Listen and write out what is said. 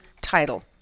title